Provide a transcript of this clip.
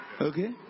Okay